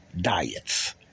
diets